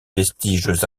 vestiges